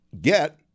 get